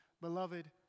Beloved